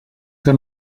que